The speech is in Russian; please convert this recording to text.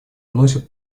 вносит